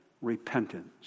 Repentance